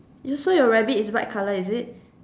so your rabbit is white colour is it